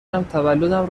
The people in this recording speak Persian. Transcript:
تولدم